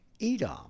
Edom